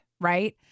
Right